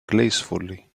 gracefully